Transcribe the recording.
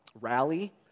rally